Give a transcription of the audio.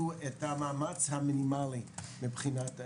את המאמץ המינימלי מבחינת הלימודים.